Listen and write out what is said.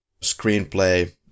screenplay